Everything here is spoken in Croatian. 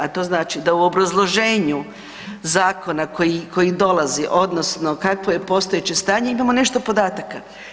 A to znači da u obrazloženju zakona koji dolazi odnosno kakvo je postojeće stanje imamo nešto podataka.